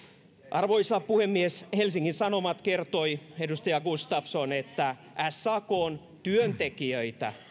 arvoisa puhemies helsingin sanomat kertoi edustaja gustafsson että sakn työntekijöitä